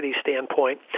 standpoint